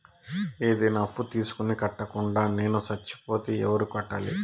ఏదైనా అప్పు తీసుకొని కట్టకుండా నేను సచ్చిపోతే ఎవరు కట్టాలి?